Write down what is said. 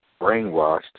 brainwashed